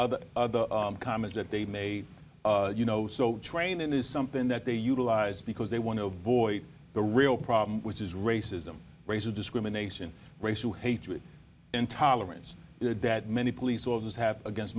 r comments that they may you know so training is something that they utilize because they want to avoid the real problem which is racism raises discrimination racial hatred intolerance that many police officers have against